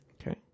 Okay